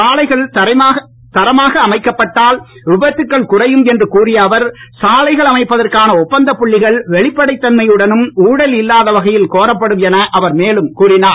சாலைகள் தரமாக அமைக்கப்பட்டால் விபத்துக்கள் குறையும் என்று கூறிய அவர் சாலைகள் அமைப்பதற்கான ஒப்பந்தப் புள்ளிகள் வெளிப்படைத் தன்மையுடன் ம்யழல் இல்லாத வகையில் கோரப்படும் என அவர் மேலும் கூறிஞர்